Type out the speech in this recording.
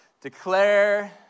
Declare